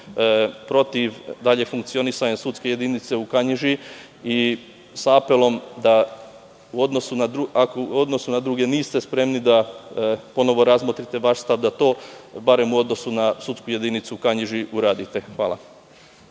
protiv daljeg funkcionisanja sudske jedinice u Kanjiži, i sa apelom da ako u odnosu na druge niste spremni da ponovo razmotrite vaš stav, barem u odnosu na sudsku jedinicu u Kanjiži uradite. Hvala.